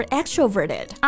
extroverted